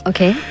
Okay